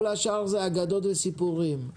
כל השאר אלה אגדות וסיפורים.